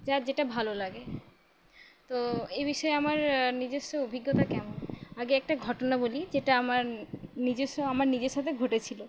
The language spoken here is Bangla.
যার যেটা ভালো লাগে তো এই বিষয়ে আমার নিজস্ব অভিজ্ঞতা কেমন আগে একটা ঘটনা বলি যেটা আমার নিজস্ব আমার নিজের সাথে ঘটেছিল